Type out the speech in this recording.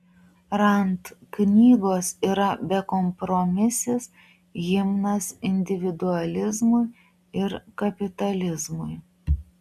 rand knygos yra bekompromisis himnas individualizmui ir kapitalizmui